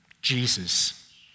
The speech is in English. Jesus